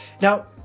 Now